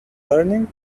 learning